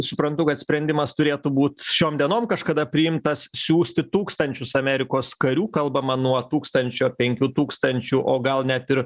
suprantu kad sprendimas turėtų būt šiom dienom kažkada priimtas siųsti tūkstančius amerikos karių kalbama nuo tūkstančio penkių tūkstančių o gal net ir